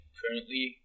currently